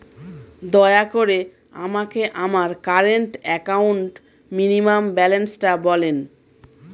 দয়া করে আমাকে আমার কারেন্ট অ্যাকাউন্ট মিনিমাম ব্যালান্সটা বলেন